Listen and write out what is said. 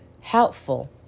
helpful